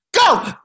Go